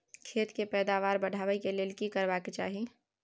खेत के पैदावार बढाबै के लेल की करबा के चाही?